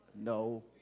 no